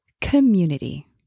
community